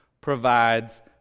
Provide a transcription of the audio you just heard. provides